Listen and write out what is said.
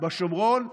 בשומרון,